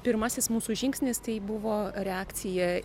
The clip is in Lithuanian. pirmasis mūsų žingsnis tai buvo reakcija